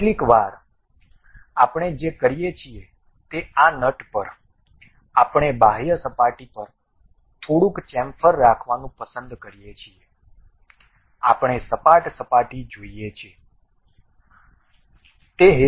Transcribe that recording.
કેટલીકવાર આપણે જે કરીએ છીએ તે આ નટ પર આપણે બાહ્ય સપાટી પર થોડુંક ચેમ્ફર રાખવાનું પસંદ કરીએ છીએ આપણે સપાટ સપાટી જોઈએ નહીં